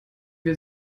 wir